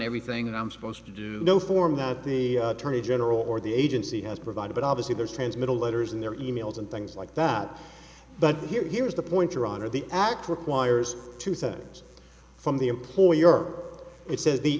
everything i'm supposed to do no form that the attorney general or the agency has provided but obviously there's transmittal letters in their emails and things like that but here here's the point your honor the act requires two things from the employer it says the